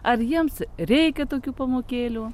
ar jiems reikia tokių pamokėlių